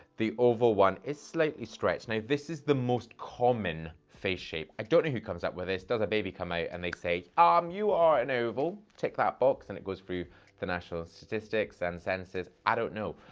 the oval one is slightly stretched. now, this is the most common face shape. i don't know who comes up with this, does a baby come and they say, um you are an oval. tick that box and it goes through the national statistics and census. i don't know,